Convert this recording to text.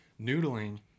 noodling